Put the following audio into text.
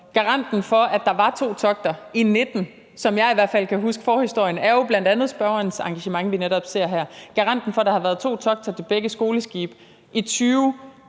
garanten for, at der var to togter i 2019 – sådan som jeg husker forhistorien – var jo bl.a. spørgerens engagement, som vi netop ser her. Garanten for, at der var to togter til begge skoleskibe i 2020,